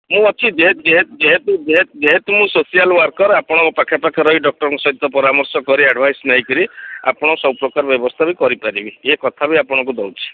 ମୁଁ ଅଛି ଯେହେତୁ ଯେହେତୁ ମୁଁ ସୋସିଆଲ୍ ୱାର୍କର୍ ଆପଣଙ୍କ ପାଖେ ପାଖେ ରହି ଡକ୍ଟର୍ଙ୍କୁ ପରାମର୍ଶ କରି ଆଡ଼ଭାଇସ୍ ନେଇକରି ଆପଣ ସବୁ ପ୍ରକାର ବ୍ୟବସ୍ଥା ବି କରିପାରିବି ଏ କଥା ବି ଆପଣଙ୍କୁ ଦେଉଛି